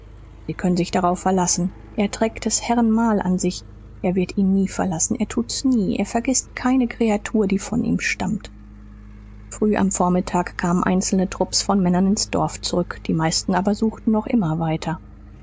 sie können sich darauf verlassen er trägt des herren mal an sich er wird ihn nie verlassen er tut's nie er vergißt keine kreatur die von ihm stammt früh am vormittag kamen einzelne trupps von männern ins dorf zurück die meisten aber suchten noch immer weiter